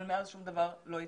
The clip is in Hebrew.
אבל מאז שום דבר לא התקדם.